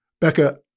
Becca